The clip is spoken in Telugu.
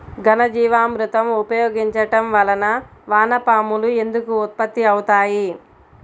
ఘనజీవామృతం ఉపయోగించటం వలన వాన పాములు ఎందుకు ఉత్పత్తి అవుతాయి?